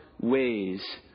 Ways